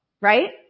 right